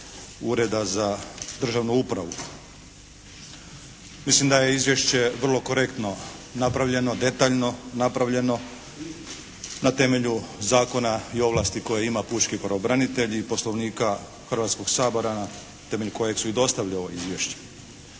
Ureda za državnu upravu. Mislim da je izvješće vrlo korektno napravljeno, detaljno napravljeno na temelju zakona i ovlasti koje ima pučki pravobranitelj i Poslovnika Hrvatskoga sabora na temelju kojeg su i dostavili ovo izvješće.